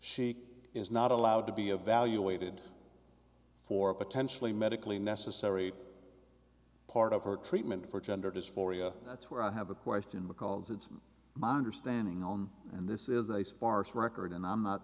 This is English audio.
she is not allowed to be evaluated for potentially medically necessary part of her treatment for gender dysphoria that's where i have a question because it's my understanding on and this is a sparse record and i'm not